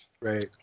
right